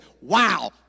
wow